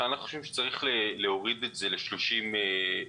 אנחנו חושבים שצריך להוריד את זה ל-30 ימים